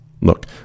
Look